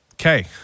Okay